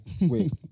Wait